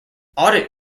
audit